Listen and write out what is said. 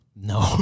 No